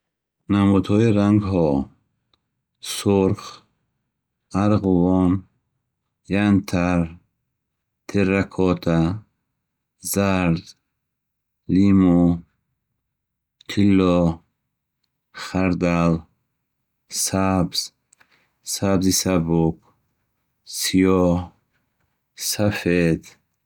намудҳои рангҳо: сурх, арғувон, янтар, терракота, зард, лимӯ, тилло, хардал, сабз, сабзи сабук, сиёҳ, сафед